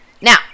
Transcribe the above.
Now